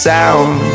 Sound